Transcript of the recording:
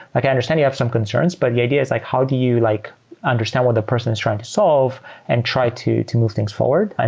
i can understand you have some concerns, but the ideas i how do you like understand what the person is trying to solve and try to to move things forward.